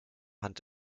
hand